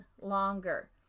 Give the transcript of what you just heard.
longer